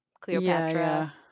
Cleopatra